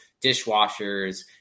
dishwashers